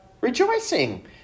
Rejoicing